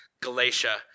Galatia